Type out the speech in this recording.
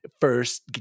first